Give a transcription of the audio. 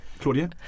Claudia